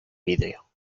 vidrio